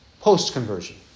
post-conversion